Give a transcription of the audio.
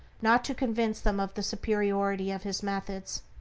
not to convince them of the superiority of his methods.